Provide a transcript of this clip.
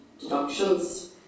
deductions